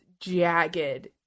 jagged